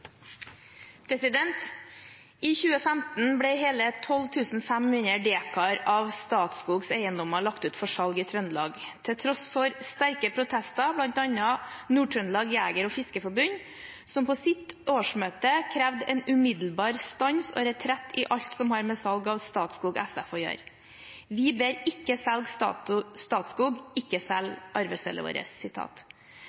tross for sterke protester fra bl.a. Nord-Trøndelag Jeger- og Fiskerforbund, som på sitt årsmøte krevde en umiddelbar stans og retrett i alt som har med salg av Statskog SF å gjøre. 'Vi ber-ikke selg Statskog! Ikke selg